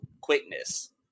quickness